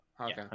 okay